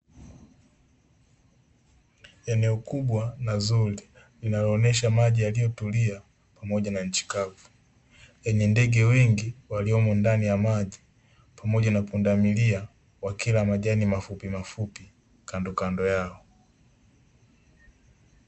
Eneo kubwa na zuri linaloonesha maji yaliyotulia pamoja na nchi kavu, yenye ndege wengi waliomo ndani ya maji pamoja na punda milia, wakila majani mafupi kandokando yao.